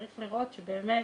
צריך לראות שבאמת